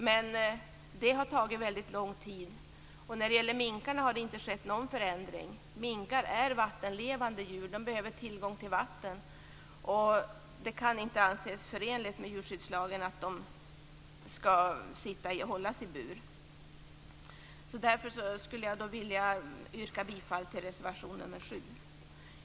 Men det har tagit väldigt lång tid. Och när det gäller minkarna har det inte skett någon förändring. Minkar är vattenlevande djur. De behöver tillgång till vatten. Det kan inte anses förenligt med djurskyddslagen att de skall hållas i bur. Därför skulle jag vilja yrka bifall till reservation nr 7.